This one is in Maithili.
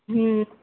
हुँ